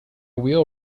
wheel